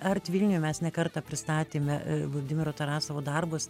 art vilniuj mes ne kartą pristatėme vladimiro tarasovo darbus